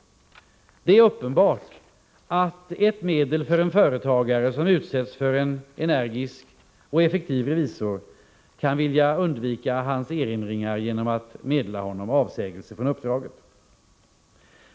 Det är uppenbart att en företagare som utsätts för en energisk och effektiv revisor kan vilja undvika hans erinringar genom att meddela honom avsägelse från uppdraget.